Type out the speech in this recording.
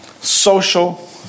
social